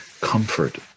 comfort